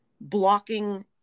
blocking